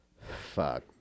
Fuck